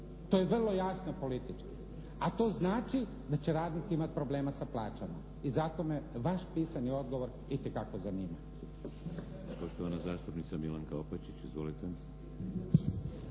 To je vrlo jasno politički, a to znači da će radnici imati problema sa plaćama i zato me vaš pisani odgovor itekako zanima.